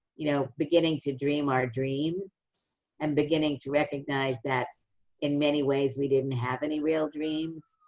you know beginning to dream our dreams and beginning to recognize that in many ways we didn't have any real dreams,